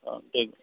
অঁ